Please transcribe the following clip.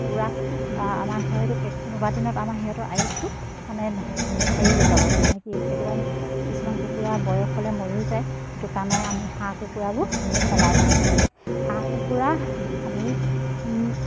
কুকুৰা আমাৰ হয়তো কোনোবা দিনত আমাৰ সিহঁতৰ আয়ুসটো মানে হেৰি হৈ যাব মানে কি কেতিয়াবা কিছুমান কুকুৰা বয়স হ'লে মৰিও যায় সেইটো কাৰণে আমি হাঁহ কুকুৰাবোৰ সলাই থাকিব লাগে হাঁহ কুকুৰা আমি